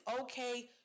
okay